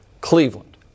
Cleveland